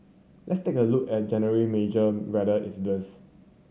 let's take a look at January major weather incidents